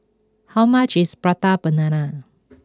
how much is Prata Banana